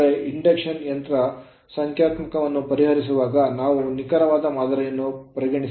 ಏಕೆಂದರೆ ಇಂಡಕ್ಷನ್ ಯಂತ್ರ ಸಂಖ್ಯಾತ್ಮಕವನ್ನು ಪರಿಹರಿಸುವಾಗ ನಾವು ನಿಖರವಾದ ಮಾದರಿಯನ್ನು ಪರಿಗಣಿಸಬೇಕು